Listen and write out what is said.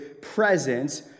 presence